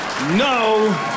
No